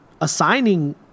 assigning